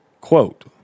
Quote